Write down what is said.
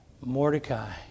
Mordecai